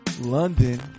London